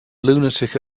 lunatic